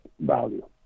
value